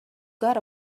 got